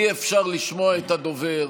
אי-אפשר לשמוע את הדובר.